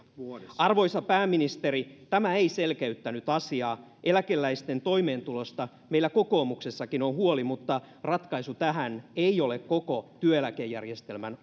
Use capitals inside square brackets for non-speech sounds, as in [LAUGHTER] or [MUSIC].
arvoisa pääministeri tämä ei selkeyttänyt asiaa eläkeläisten toimeentulosta meillä kokoomuksessakin on huoli mutta ratkaisu tähän ei ole koko työeläkejärjestelmän [UNINTELLIGIBLE]